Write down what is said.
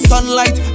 Sunlight